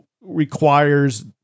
requires